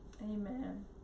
Amen